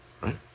right